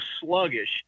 sluggish